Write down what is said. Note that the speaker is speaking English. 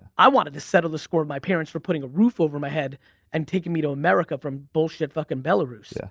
i wanted to settle the score with my parents for putting a roof over my head and taking me to america from bullshit fucking belarus. yeah